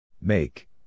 Make